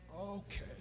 Okay